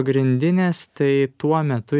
pagrindinės tai tuo metu